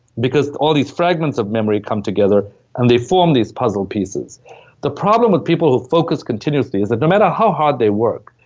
because all these fragments of memory come together and the form these puzzle pieces the problem with people who focus continuously is and no matter how hard they work,